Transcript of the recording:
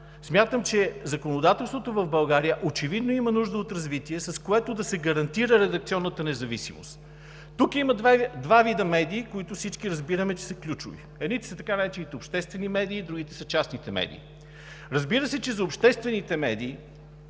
смятам, че законодателството в България очевидно има нужда от развитие, с което да се гарантира редакционната независимост. Тук има два вида медии, които всички разбираме, че са ключови. Едните са така наречените обществени медии, другите са частните медии. Разбира се, че за обществените медии